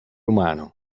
umano